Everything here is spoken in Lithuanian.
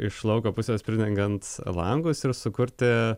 iš lauko pusės pridengiant langus ir sukurti